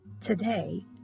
Today